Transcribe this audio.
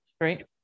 right